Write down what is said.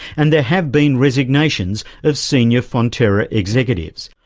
and there have been resignations of senior fonterra executives.